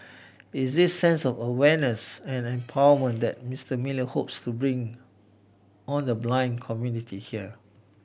it's this sense of awareness and empowerment that Mister Miller hopes to bring on the blind community here